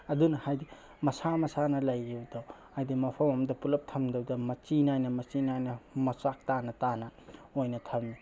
ꯑꯗꯨꯅ ꯍꯥꯏꯗꯤ ꯃꯁꯥ ꯃꯁꯥꯅ ꯂꯩꯔꯤꯕꯗꯣ ꯍꯥꯏꯗꯤ ꯃꯐꯝ ꯑꯃꯗ ꯄꯨꯂꯞ ꯊꯝꯗꯕꯤꯗ ꯃꯆꯤ ꯅꯥꯏꯅ ꯃꯆꯤ ꯅꯥꯏꯅ ꯃꯆꯥꯛ ꯇꯥꯅ ꯇꯥꯅ ꯑꯣꯏꯅ ꯊꯝꯃꯤ